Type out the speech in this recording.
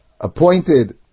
appointed